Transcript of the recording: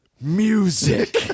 music